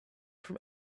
from